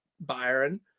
Byron